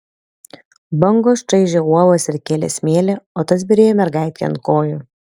bangos čaižė uolas ir kėlė smėlį o tas byrėjo mergaitei ant kojų